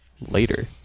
later